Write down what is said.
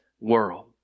world